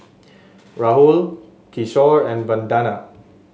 Rahul Kishore and Vandana